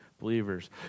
believers